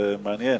זה מעניין.